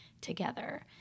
together